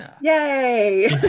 Yay